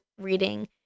reading